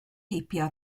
heibio